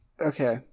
okay